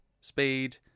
Speed